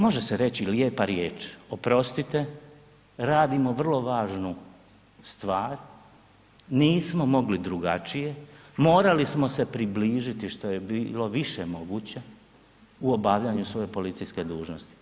Može se reći lijepa riječ oprostite, radimo vrlo važnu stvar, nismo mogli drugačije, morali smo se približiti što je bilo više moguće u obavljanju svoje policijske dužnosti.